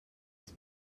els